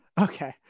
okay